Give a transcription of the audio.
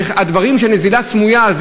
דברים כמו נזילה סמויה,